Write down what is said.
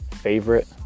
favorite